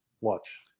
Watch